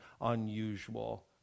unusual